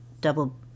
double